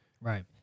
Right